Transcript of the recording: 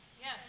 Yes